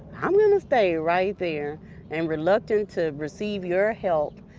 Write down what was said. i'm going to stay right there and reluctant to receive your help.